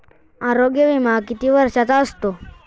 आरोग्य विमा किती वर्षांचा असतो?